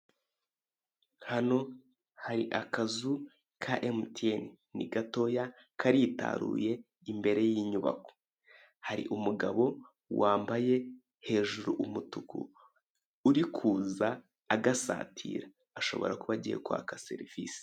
Hano hari akazu ka Emutiyeni, ni gatoya, karitaruye, imbere y'inyubako. Hari umugabo wambaye hejuru umutuku, uri kuza agasatira. Ashobora kuba agiye kwaka serivisi.